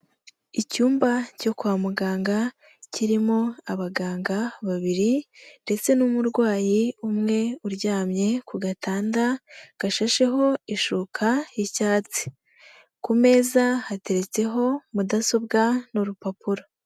Icyumba cyo kwa muganga kirimo abaganga babiri ndetse n'umurwayi umwe uryamye ku gatanda gashasheho ishuka y'icyatsi, ku meza hateretseho mudasobwa n'urupapuro.